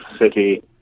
city